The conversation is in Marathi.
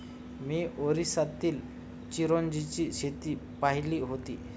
मी ओरिसातील चिरोंजीची शेती पाहिली होती